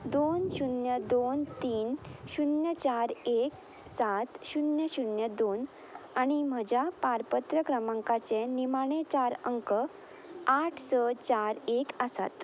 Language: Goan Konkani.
दोन शुन्य दोन तीन शुन्य चार एक सात शुन्य शुन्य दोन आनी म्हज्या पारपत्र क्रमांकाचे निमाणे चार अंक आठ स चार एक आसात